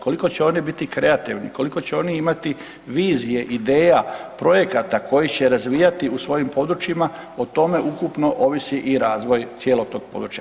Koliko će one biti kreativne, koliko će oni imati vizije i ideja projekata koji će razvijati u svojim područjima, o tome ukupno ovisi i razvoj cijelog tog područja.